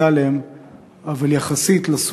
17,